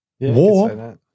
War